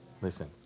listen